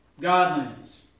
Godliness